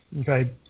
okay